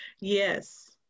Yes